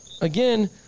again